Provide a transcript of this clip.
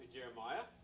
Jeremiah